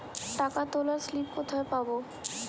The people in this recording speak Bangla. টাকা তোলার স্লিপ কোথায় পাব?